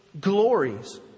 glories